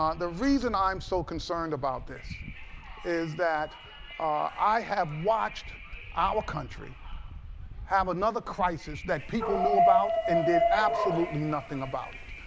um the reason i'm so concerned about this is that i have watched our country have another crisis that people knew about and did absolutely nothing about it.